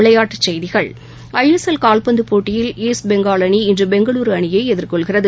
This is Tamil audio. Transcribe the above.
விளையாட்டுச்செய்திகள் ஐஎஸ்எல் கால்பந்துப் போட்டியில் ஈஸ்ட் பெங்கால் அணி இன்றுபெங்களூருஅணியைஎதிர்கொள்கிறது